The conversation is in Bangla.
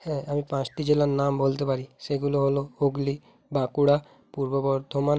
হ্যাঁ আমি পাঁচটি জেলার নাম বলতে পারি সেগুলো হল হুগলি বাঁকুড়া পূর্ব বর্ধমান